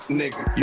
nigga